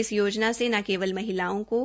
इस योजना से न केवल महिलाओं को